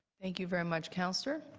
thank you very much, councillor.